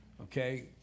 Okay